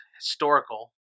historical